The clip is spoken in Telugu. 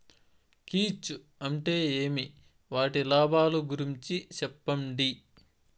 కీచ్ అంటే ఏమి? వాటి లాభాలు గురించి సెప్పండి?